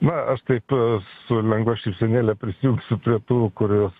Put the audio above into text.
na aš taip su lengva šypsenėle prisijungsiu prie tų kuriuos